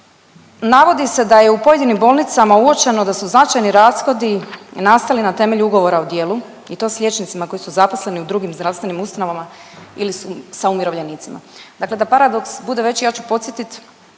navodi se da je u pojedinim bolnicama uočeno da su značajni rashodi nastali na temelju ugovora o djelu i to s liječnicima koji su zaposleni u drugim zdravstvenim ustanovama ili sa umirovljenicima. Dakle da paradoks bude veći ja ću podsjetit